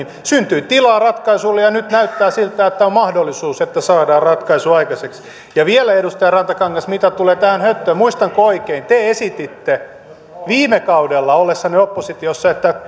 syntyi tilaa ratkaisulle ja nyt näyttää siltä että on mahdollisuus että saadaan ratkaisu aikaiseksi ja vielä edustaja rantakangas mitä tulee tähän höttöön muistanko oikein että te esititte viime kaudella ollessanne oppositiossa että